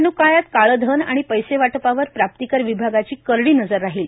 निवडणूक काळात काळे धन आणि पैसेवाटपावर प्राप्तिकर विभागाची करडी नजर राहील